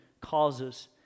causes